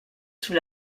sous